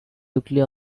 weekly